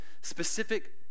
specific